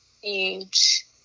huge